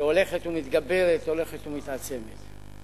שהולכת ומתגברת, הולכת ומתעצמת.